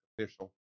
official